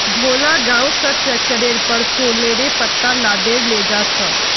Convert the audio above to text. भोला गांव स ट्रैक्टरेर पर सॉरेलेर पत्ता लादे लेजा छ